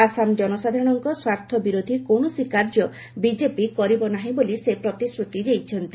ଆସାମ ଜନସାଧାରଣଙ୍କ ସ୍ପାର୍ଥ ବିରୋଧୀ କୌଣସି କାର୍ଯ୍ୟ ବିଜେପି କରିବ ନାହିଁ ବୋଲି ସେ ପ୍ରତିଶ୍ରତି ଦେଇଛନ୍ତି